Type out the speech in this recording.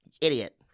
idiot